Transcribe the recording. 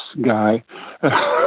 guy